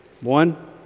One